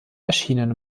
erschienen